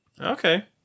Okay